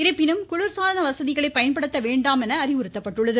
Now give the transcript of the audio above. இருப்பினும் குளிர்சாதன வசதிகளை பயன்படுத்த வேண்டாம் என அறிவுறுத்தப்பட்டுள்ளது